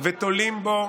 ותולים בו,